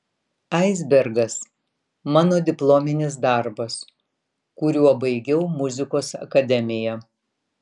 aisbergas mano diplominis darbas kuriuo baigiau muzikos akademiją